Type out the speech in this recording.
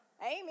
Amen